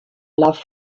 love